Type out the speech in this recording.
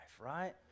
right